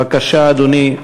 בבקשה, אדוני,